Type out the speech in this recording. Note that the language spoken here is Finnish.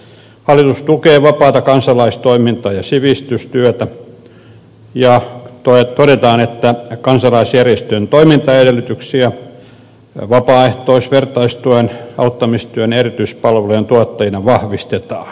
hallitus tukee vapaata kansalaistoimintaa ja sivistystyötä ja todetaan että kansalaisjärjestöjen toimintaedellytyksiä vapaaehtois ja vertaistuen auttamistyön ja erityispalvelujen tuottajina vahvistetaan